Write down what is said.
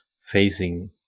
facing